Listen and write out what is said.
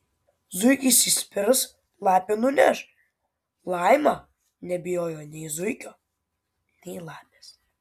zuikis įspirs lapė nuneš laima nebijojo nei zuikio nei lapės